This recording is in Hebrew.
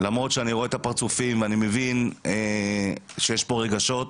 למרות שאני רואה את הפרצופים ואני מבין שיש פה רגשות,